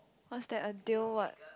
what's that a deal what